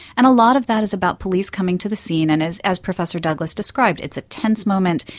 and a lot of that is about police coming to the scene and, as as professor douglas described, it's a tense moment,